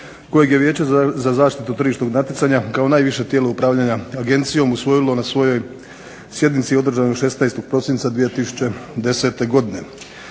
kojeg je Vijeće za zaštitu tržišnog natjecanja kao najviše tijelo upravljanja agencijom usvojilo na svojoj sjednici održanoj 16. prosinca 2010. godine.